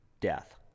death